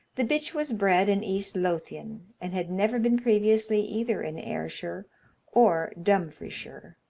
the bitch was bred in east lothian, and had never been previously either in ayrshire or dumfriesshire.